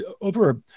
over